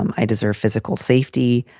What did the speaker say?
um i deserve physical safety.